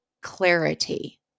Clarity